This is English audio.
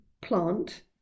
plant